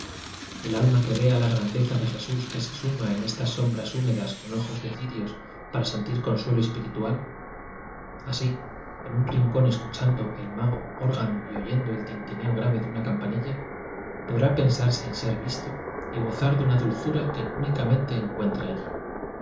el alma que vea la grandeza de jesús que se suma en estas sombras húme das con ojos de cirios para sentir consuelo espiritual así en un rincón escuchando al mago órgano y oyendo el tintineo grave de una campanilla podrá pensar sin ser visto y gozar de una dulzura que única mente encuentra allí